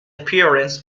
appearance